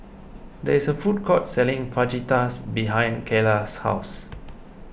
there is a food court selling Fajitas behind Keyla's house